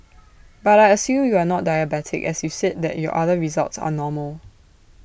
but I assume you are not diabetic as you said that your other results are normal